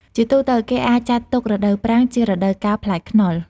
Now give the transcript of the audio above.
ជាទូទៅ គេអាចចាត់ទុក រដូវប្រាំង ជារដូវកាលផ្លែខ្នុរ។